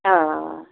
आं